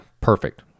perfect